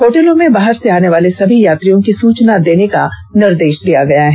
होटलों में बाहर से आने वाले सभी यात्रियों की सूचना देने का निर्देश दिया गया है